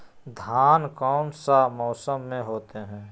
धान कौन सा मौसम में होते है?